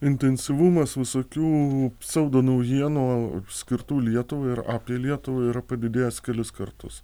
intensyvumas visokių pseudo naujienų skirtų lietuvai ir apie lietuvą yra padidėjęs kelis kartus